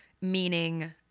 meaning